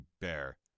bear